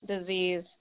disease